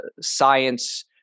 science